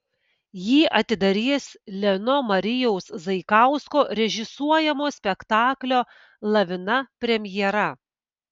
jį atidarys lino marijaus zaikausko režisuojamo spektaklio lavina premjera